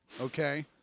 okay